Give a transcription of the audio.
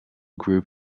group